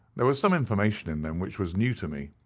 there was some information in them which was new to me.